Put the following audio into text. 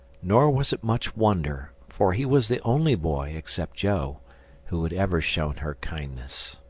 nor was it much wonder, for he was the only boy except joe who had ever shown her kindness.